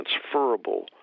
transferable